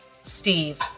Steve